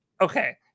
okay